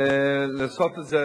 צריך לעשות חוק.